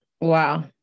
Wow